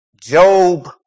Job